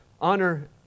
honor